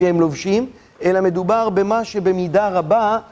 הם לובשים, אלא מדובר במה שבמידה רבה